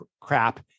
crap